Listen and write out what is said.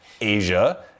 asia